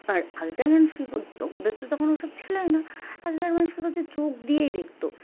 আর আগেকার মানুষ কি করতো ওদের তো তখন ওসব ছিলই না আগেকার মানুষ কি করছে চোখ দিয়েই দেখতো